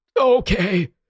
Okay